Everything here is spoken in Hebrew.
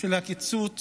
הקיצוץ